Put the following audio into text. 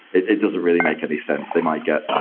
it doesn't really make any sense. they might get i